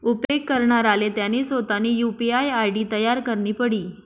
उपेग करणाराले त्यानी सोतानी यु.पी.आय आय.डी तयार करणी पडी